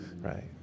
right